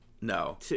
No